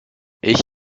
ich